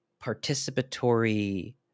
participatory